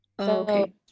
Okay